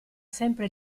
sempre